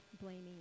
blaming